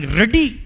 ready